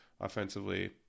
offensively